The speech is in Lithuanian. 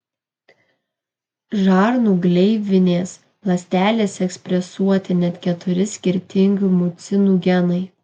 žarnų gleivinės ląstelėse ekspresuoti net keturi skirtingi mucinų genai